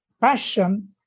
passion